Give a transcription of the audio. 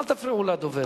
אל תפריעו לדובר.